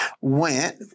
went